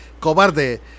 cobarde